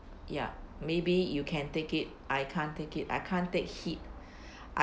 ya maybe you can take it I can't take it I can't take heat I